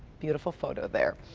beautiful photo there.